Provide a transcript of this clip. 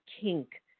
kink